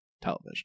television